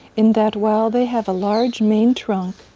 in that while they have a large main trunk,